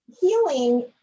Healing